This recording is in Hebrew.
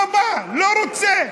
לא בא, לא רוצה.